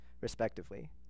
respectively